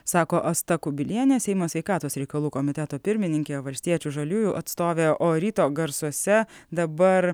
sako asta kubilienė seimo sveikatos reikalų komiteto pirmininkė valstiečių žaliųjų atstovė o ryto garsuose dabar